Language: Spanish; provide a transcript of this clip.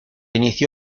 inició